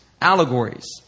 allegories